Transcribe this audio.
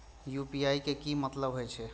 UPI के की मतलब हे छे?